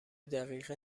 دقیقه